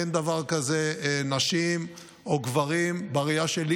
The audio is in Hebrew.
אין דבר כזה נשים או גברים בראייה שלי,